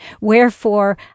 Wherefore